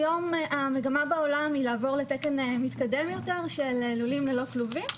היום המגמה בעולם היא לעבור לתקן מתקדם יותר של לולים ללא כלובים.